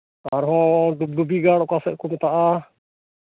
ᱟᱨᱦᱚᱸ ᱫᱩᱜᱽᱫᱩᱜᱤ ᱜᱟ ᱚᱠᱟ ᱥᱮᱫ ᱠᱚ ᱢᱮᱛᱟᱜᱼᱟ